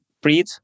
breathe